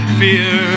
fear